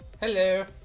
Hello